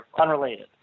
Unrelated